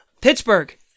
Pittsburgh